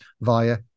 via